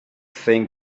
think